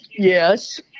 Yes